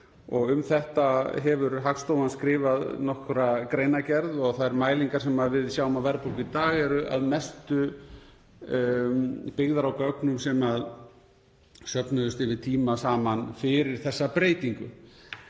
Um þetta hefur Hagstofan skrifað nokkra greinargerð og þær mælingar sem við sjáum á verðbólgu í dag eru að mestu byggðar á gögnum sem söfnuðust saman yfir tíma fyrir þessa breytingu.